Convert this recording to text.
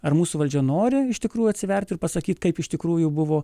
ar mūsų valdžia nori iš tikrųjų atsiverti ir pasakyt kaip iš tikrųjų buvo